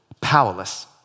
powerless